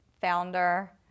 founder